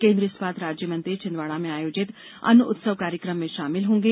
केन्द्रीय इस्पात राज्यमंत्री छिन्दवाड़ा में आयोजित अन्न उत्सव कार्यक्रम में शामिल होंगे